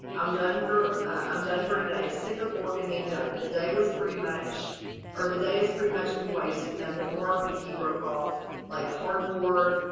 i'm done for i'm done for today. stick a fork in me done. the day was pretty much or the day is pretty much been wasted and i've been marked the key broke off like cardboard.